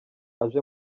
aje